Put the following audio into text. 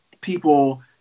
people